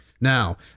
Now